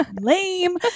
lame